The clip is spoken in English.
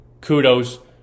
Kudos